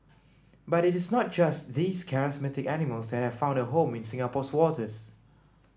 but it is not just these charismatic animals that have found a home in Singapore's waters